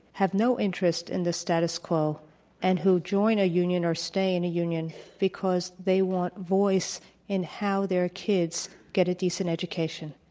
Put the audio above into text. have no interest in the status quo and who join a union or stay in a union because they want voice in how their kids get a decent education.